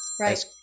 Right